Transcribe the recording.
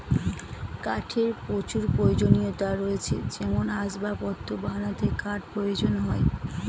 কাঠের প্রচুর প্রয়োজনীয়তা রয়েছে যেমন আসবাবপত্র বানাতে কাঠ প্রয়োজন হয়